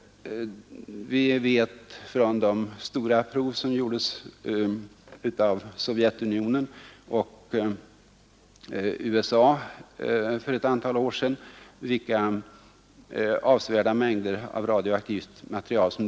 Vi vet vilka avsevärda mängder radioaktivt material som spreds runt jorden då Sovjetunionen och USA för ett antal år sedan gjorde sina stora prov.